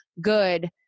good